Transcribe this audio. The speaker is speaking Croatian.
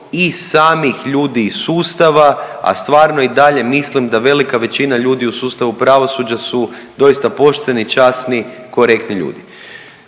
i samih ljudi iz sustava, a stvarno i dalje mislim da velika većina ljudi u sustavu pravosuđa su doista pošteni, časni, korektni ljudi.